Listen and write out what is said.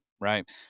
right